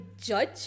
judge